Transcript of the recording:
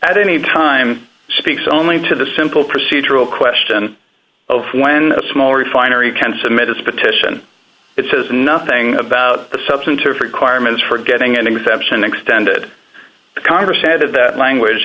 at any time speaks only to the simple procedural question of when a small refinery can submit its petition it says nothing about the substantive requirements for getting an exemption extended congress added that language